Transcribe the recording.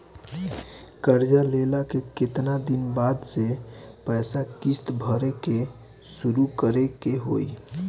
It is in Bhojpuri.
कर्जा लेला के केतना दिन बाद से पैसा किश्त भरे के शुरू करे के होई?